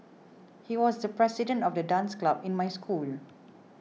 he was the president of the dance club in my school